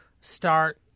start